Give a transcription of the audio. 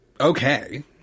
okay